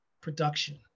production